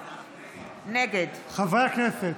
נגד חברי הכנסת,